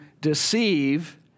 deceive